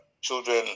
children